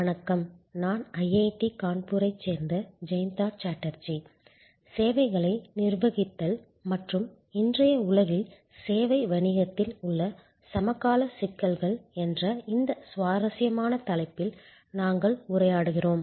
வணக்கம் நான் ஐஐடி கான்பூரைச் சேர்ந்த ஜெயந்தா சாட்டர்ஜி சேவைகளை நிர்வகித்தல் மற்றும் இன்றைய உலகில் சேவை வணிகத்தில் உள்ள சமகால சிக்கல்கள் என்ற இந்த சுவாரஸ்யமான தலைப்பில் நாங்கள் உரையாடுகிறோம்